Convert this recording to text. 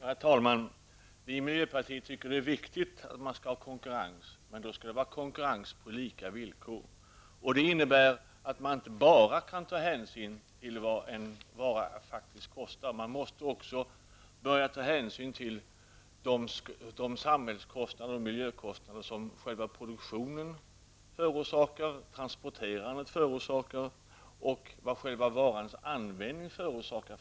Herr talman! Vi i miljöpartiet tycker det är viktigt med konkurrens, men det skall vara konkurrens på lika villkor. Det innebär att man inte bara skall ta hänsyn till vad en vara faktiskt kostar, utan man skall också ta hänsyn till de samhälls och miljökostnader som produktionen, transporterna och varans användning förorsakar.